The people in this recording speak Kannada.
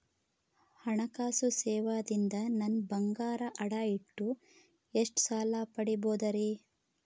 ಹಣಕಾಸು ಸೇವಾ ದಿಂದ ನನ್ ಬಂಗಾರ ಅಡಾ ಇಟ್ಟು ಎಷ್ಟ ಸಾಲ ಪಡಿಬೋದರಿ?